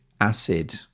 acid